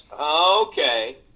Okay